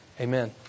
Amen